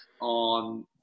on